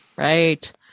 Right